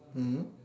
mm